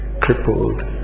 crippled